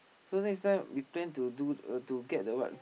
so next time we plan to do uh to get the what